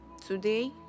Today